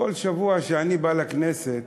וכל שבוע שאני בא לכנסת,